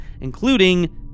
including